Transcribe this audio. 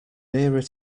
nearer